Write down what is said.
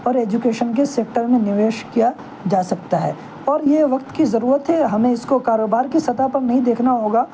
اور ایجوکیشن کے سیکٹر میں نویش کیا جا سکتا ہے اور یہ وقت کی ضرورت ہے ہمیں اس کو کاروبار کی سطح پر نہیں دیکھنا ہوگا